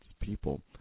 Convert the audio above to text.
people